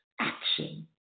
action